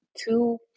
two